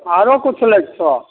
आरो किछु लैके छौ